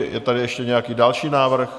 Je tady ještě nějaký další návrh?